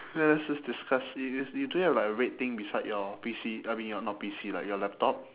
okay let's just discuss this you do have like a red thing beside your P_C I mean your not P_C like your laptop